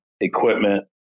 equipment